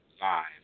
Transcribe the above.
live